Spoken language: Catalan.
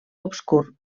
obscur